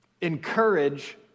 Encourage